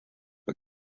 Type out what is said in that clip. but